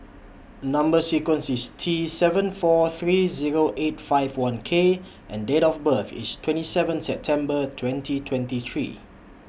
Number sequence IS T seven four three Zero eight five one K and Date of birth IS twenty seven September twenty twenty three